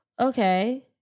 okay